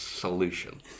Solution